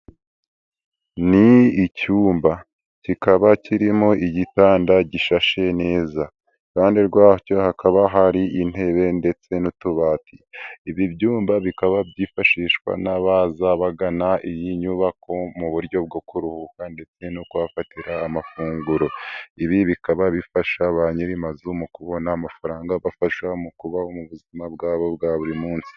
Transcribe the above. Ni icyumba kikaba kirimo igitanda gishashe neza, iruhande rwacyo hakaba hari intebe ndetse n'utubati, ibi byumba bikaba byifashishwa n'abaza bagana iyi nyubako mu buryo bwo kuruhuka ndetse no kuhafatira amafunguro, ibi bikaba bifasha ba nyir'amazu mu kubona amafaranga abafasha mu kuba mu buzima bwabo bwa buri munsi.